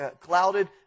clouded